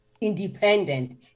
independent